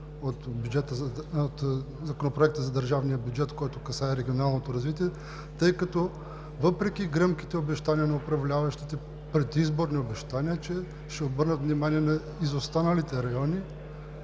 от Законопроекта за държавния бюджет, който касае регионалното развитие. Въпреки гръмките обещания на управляващите, предизборни обещания, че ще обърнат внимание на изостаналите райони,